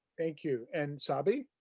thank you. and sabi?